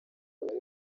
bari